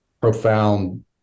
profound